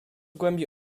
głębi